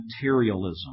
materialism